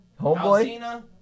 Homeboy